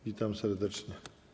Witam serdecznie.